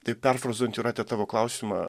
taip perfrazuojant jūrate tavo klausimą